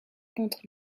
contre